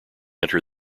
enter